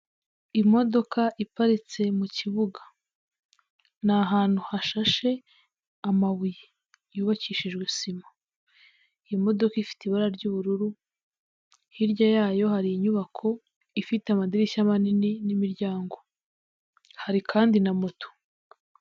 Imodoka iparitse mu kibuga ni ahantu hashashe amabuye, yubakishijwe sima. Iyi modoka ifite ibara ry'ubururu ,hirya yayo hari inyubako ifite amadirishya manini n'imiryango, hari kandi na moto.